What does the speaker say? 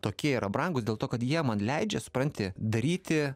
tokie yra brangūs dėl to kad jie man leidžia supranti daryti